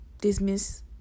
dismiss